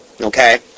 Okay